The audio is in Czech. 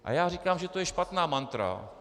A já říkám, že to je špatná mantra.